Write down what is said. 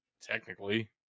technically